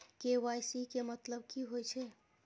KYC के मतलब कि होई छै?